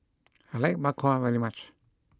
I like Bak Kwa very much